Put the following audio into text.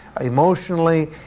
emotionally